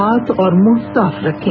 हाथ और मुंह साफ रखें